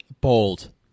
Bold